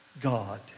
God